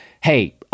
hey